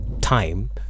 time